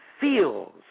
feels